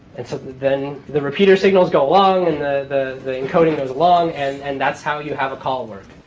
and so then the repeater signals go along and the the encoding goes along. and and that's how you have a call work.